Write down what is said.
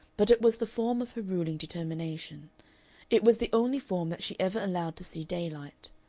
but it was the form of her ruling determination it was the only form that she ever allowed to see daylight.